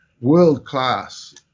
world-class